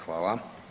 Hvala.